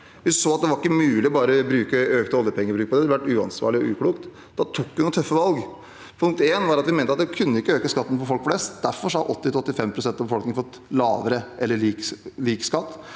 vi så at det ikke var mulig bare å øke oljepengebruken, for det ville vært uansvarlig og uklokt. Da tok vi noen tøffe valg. Punkt én var at vi mente at vi ikke kunne øke skatten for folk flest. Derfor har 80–85 pst. av befolkningen fått lavere eller lik skatt.